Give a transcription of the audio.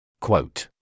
Quote